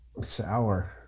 Sour